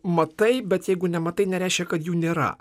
matai bet jeigu nematai nereiškia kad jų nėra